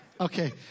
Okay